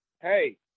Hey